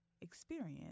experience